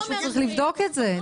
שהוא צריך לבדוק את זה.